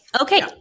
okay